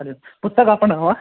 हरिः ओं पुस्तकापणः वा